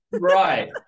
right